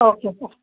okay sir